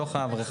אין בעיה.